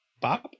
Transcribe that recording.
Bob